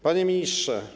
Panie Ministrze!